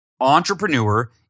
Entrepreneur